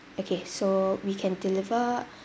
okay so we can deliver